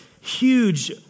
huge